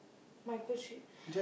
micro chip